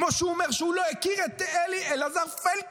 כמו שהוא אומר שהוא לא הכיר את אלעזר פלדשטיין,